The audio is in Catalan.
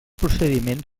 procediment